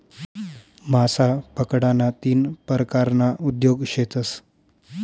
मासा पकडाना तीन परकारना उद्योग शेतस